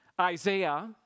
Isaiah